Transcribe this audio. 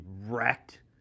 wrecked